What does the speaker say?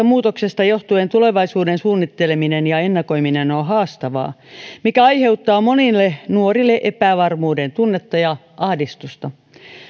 muutoksesta johtuen tulevaisuuden suunnitteleminen ja ennakoiminen on haastavaa mikä aiheuttaa monille nuorille epävarmuuden tunnetta ja ahdistusta